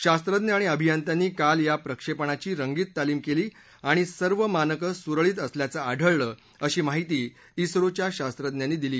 शास्वज्ञ आणि अभियंत्यांनी काल या प्रक्षेपणाची रंगीत तालीम केली आणि सर्व मानकं सुरळीत असल्याचं आढळलं अशी माहिती इस्रोच्या शास्वज्ञांनी दिली